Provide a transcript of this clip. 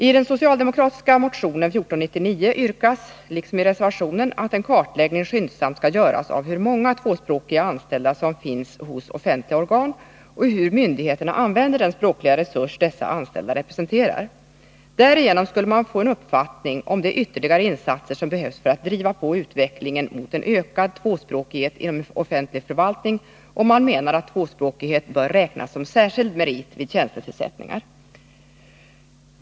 I den socialdemokratiska motionen 1499 yrkas liksom i reservationen att en kartläggning skyndsamt skall göras av hur många tvåspråkiga anställda som finns hos offentliga organ och hur myndigheterna använder den språkliga resurs dessa anställda representerar. Därigenom skulle man få en uppfattning om de ytterligare insatser som behövs för att driva på utvecklingen mot en ökad tvåspråkighet inom offentlig förvaltning, och man menar att tvåspråkighet bör räknas som särskild merit vid tjänstetillsättningar.